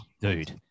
Dude